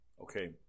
okay